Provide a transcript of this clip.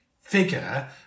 figure